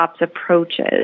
approaches